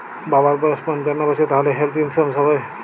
বাবার বয়স পঞ্চান্ন বছর তাহলে হেল্থ ইন্সুরেন্স হবে?